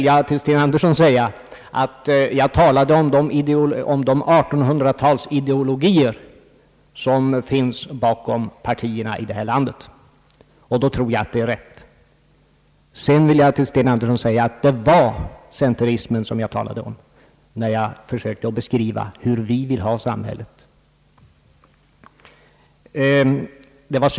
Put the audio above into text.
Jag vill apropå detta säga att jag talade om de 1800-talsideologier som finns bakom partierna i detta land, och då tror jag det är rätt. Det var centerns linje jag talade om när jag försökte beskriva hur vi vill ha samhället utformat.